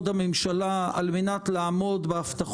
זו המשמעות של התיקון המביש